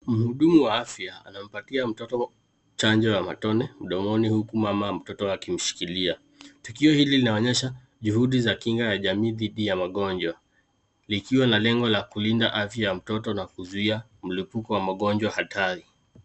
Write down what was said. Mhudumu wa afya anampatia mtoto chanjo ya matone mdomoni huku mama mtoto akimshikilia. Tukio hili linaonyesha juhudi za kinga ya jamii dhidi ya magonjwa likiwa na lengo la kulinda afya ya mtoto na kuzuia mlipuko wa magonjwa hatari.